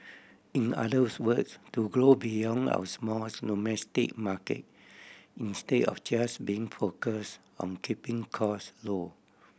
in others words to grow beyond our small domestic market instead of just being focus on keeping cost low